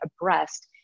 abreast